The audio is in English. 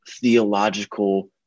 theological